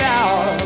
out